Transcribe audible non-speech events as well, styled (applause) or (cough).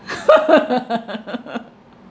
(laughs)